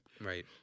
Right